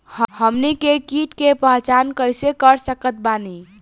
हमनी के कीट के पहचान कइसे कर सकत बानी?